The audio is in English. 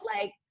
Like-